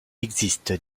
existe